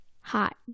hot